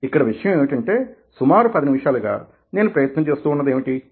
ఇక్కడ విషయం ఏమిటంటే సుమారు పది నిమిషాలు గా నేను ప్రయత్నం చేస్తూ ఉన్నది ఏమిటి